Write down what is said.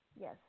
Yes